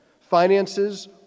Finances